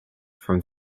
from